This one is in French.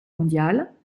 mondiale